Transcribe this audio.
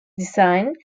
design